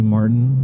Martin